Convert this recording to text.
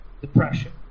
depression